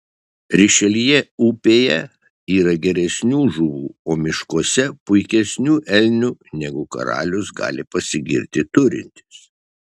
rišeljė upėje yra geresnių žuvų o miškuose puikesnių elnių negu karalius gali pasigirti turintis